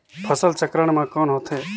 फसल चक्रण मा कौन होथे?